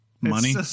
Money